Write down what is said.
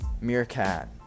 Meerkat